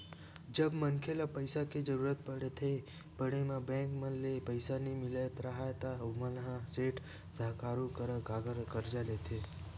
जब मनखे ल पइसा के जरुरत पड़े म बेंक मन ले पइसा नइ मिलत राहय ता ओमन ह सेठ, साहूकार करा करजा लेथे